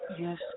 Yes